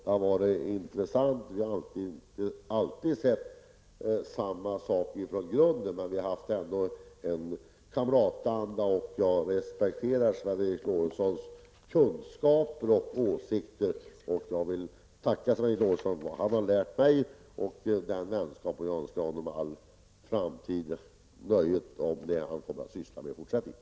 Vi har inte alltid haft samma syn på saker, men det har ändå funnits en kamratanda, och jag respekterar Sven Eric Lorentzons kunskaper och åsikter. Jag vill tacka honom för det som han har lärt mig och för hans vänskap. Och jag önskar honom lycka till med det som han kommer att syssla med i fortsättningen.